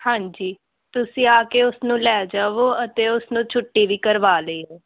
ਹਾਂਜੀ ਤੁਸੀਂ ਆ ਕੇ ਉਸ ਨੂੰ ਲੈ ਜਾਵੋ ਅਤੇ ਉਸ ਨੂੰ ਛੁੱਟੀ ਵੀ ਕਰਵਾ ਲਿਓ